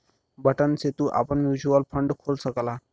button से तू आपन म्युचुअल फ़ंड खोल सकला